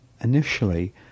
initially